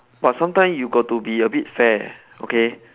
but sometimes you got to be a bit fair okay